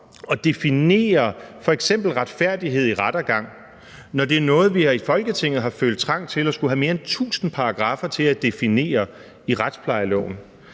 at definere f.eks. retfærdighed i rettergangen, når det er noget, som vi her i Folketinget har følt trang til at skulle have mere end 1.000 paragraffer til at definere i retsplejeloven?